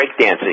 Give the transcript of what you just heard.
breakdancing